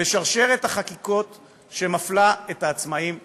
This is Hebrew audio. בשרשרת החקיקות שמפלה את העצמאים לרעה.